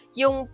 yung